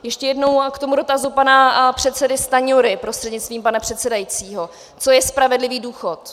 Ještě jednou k dotazu pana předsedy Stanjury prostřednictvím pana předsedajícího, co je spravedlivý důchod.